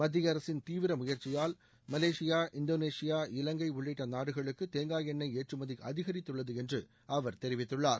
மத்திய அரசின் தீவிர முயற்சியால் மலேசியா இந்தோனேஷியா இலங்கை உள்ளிட்ட நாடுகளுக்கு தேங்காய் எண்ணெய் ஏற்றுமதி அதிகரித்துள்ளது என்று அவர் தெரிவித்துள்ளார்